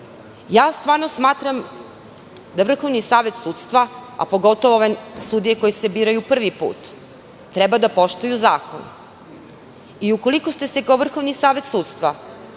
obzir? Stvarno smatram da Vrhovni savet sudstva, a pogotovo ove sudije koje se biraju prvi put, treba da poštuju zakon. Ukoliko ste kao Vrhovni savet sudstva